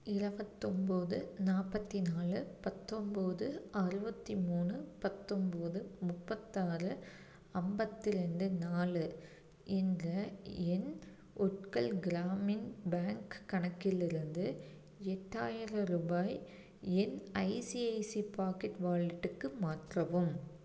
இருபத்தொம்போது நாற்பத்தி நாலு பத்தொம்போது அறுபத்தி மூணு பத்தொம்போது முப்பத்தாறு ஐம்பத்தி ரெண்டு நாலு என்ற என் உட்கல் கிராமின் பேங்க் கணக்கிலிருந்து எட்டாயிரம் ருபாய் என் ஐசிஐசிஐ பாக்கெட் வாலெட்டுக்கு மாற்றவும்